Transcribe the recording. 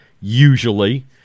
usually